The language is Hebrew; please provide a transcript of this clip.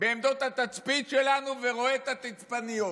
בעמדות התצפית שלנו ורואה את התצפיתניות.